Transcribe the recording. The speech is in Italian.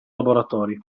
laboratori